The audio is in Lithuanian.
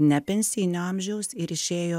ne pensijinio amžiaus ir išėjo